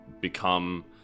become